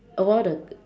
a while the